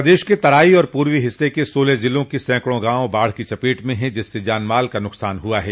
प्रदेश के तराई और पूर्वी हिस्से के सोलह जिलों के सैकड़ों गांव बाढ़ की चपेट में है जिससे जान माल का नुकसान हुआ है